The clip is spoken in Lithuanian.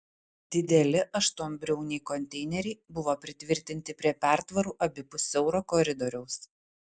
dideli aštuonbriauniai konteineriai buvo pritvirtinti prie pertvarų abipus siauro koridoriaus